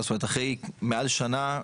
אחרי מעל שנה,